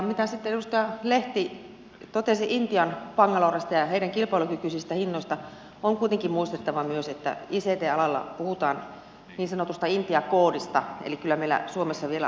kun sitten edustaja lehti totesi intian bangaloresta ja heidän kilpailukykyisistä hinnoistaan on kuitenkin muistettava myös että ict alalla puhutaan niin sanotusta intia koodista eli kyllä meillä suomessa vielä aitoa osaamista on